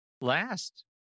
Last